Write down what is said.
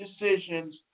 decisions